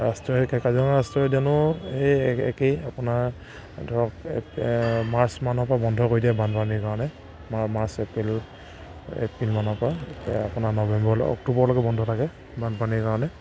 ৰাষ্ট্ৰীয় এতিয়া কাজিৰঙা ৰাষ্ট্ৰীয়ো উদ্যানো সেই এ একেই আপোনাৰ ধৰক মাৰ্চ মানৰ পৰা বন্ধ কৰি দিয়ে বানপানীৰ কাৰণে মা মাৰ্চ এপ্ৰিল মানৰ পৰা এতিয়া আপোনাৰ নৱেম্বৰ অক্টোবৰলৈকে বন্ধ থাকে বানপানীৰ কাৰণে